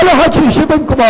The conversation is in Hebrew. כל אחד שישב במקומו.